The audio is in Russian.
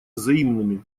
взаимными